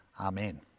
Amen